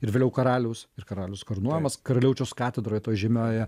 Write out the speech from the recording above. ir vėliau karaliaus ir karalius karūnuojamas karaliaučiaus katedroj toj žymiojoje